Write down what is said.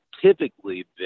typically